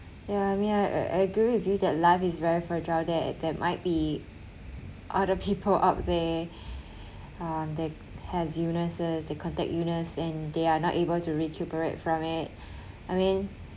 yeah mean I I agree with you that life is very fragile there there might be other people out there um that has illnesses they contract illness and they are not able to recuperate from it I mean